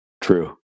True